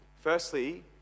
Firstly